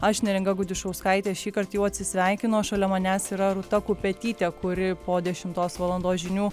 aš neringa gudišauskaitė šįkart jau atsisveikinu o šalia manęs yra rūta kupetytė kuri po dešimtos valandos žinių